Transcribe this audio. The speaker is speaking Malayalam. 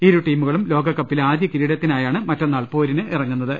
ഇരു ടീമുകളും ലോകകപ്പിലെ ആദ്യ കിരീടത്തിനായാണ് മറ്റന്നാൾ പോരിനിറങ്ങുന്ന ത്